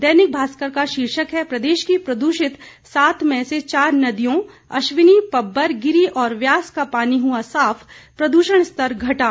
दैनिक भास्कर का शीर्षक है प्रदेश की प्रदुषित सात में से चार नदियों अश्विनी पब्बर गिरी और ब्यास का पानी हुआ साफ प्रदुषण स्तर घटा